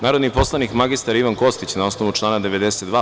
Narodni poslanik mr Ivan Kostić, na osnovu člana 92.